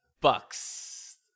Bucks